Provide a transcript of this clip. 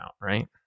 Right